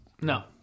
No